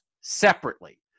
separately